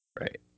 Right